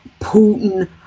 Putin